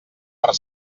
per